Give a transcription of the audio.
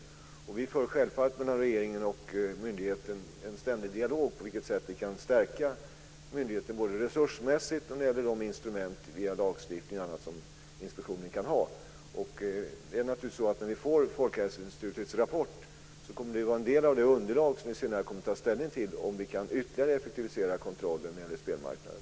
Det förs självfallet en ständig dialog mellan regeringen och myndigheten på vilket sätt vi kan stärka myndigheten både resursmässigt och när det gäller de instrument via lagstiftning och annat som inspektionen kan behöva. När vi får Folkhälsoinstitutets rapport kommer den att vara en del av det underlag som vi senare kommer att ta ställning till när det gäller om vi ytterligare kan effektivisera kontrollen av spelmarknaden.